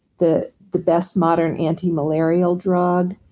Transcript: the the best modern anti-malarial drug,